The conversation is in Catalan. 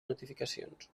notificacions